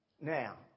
now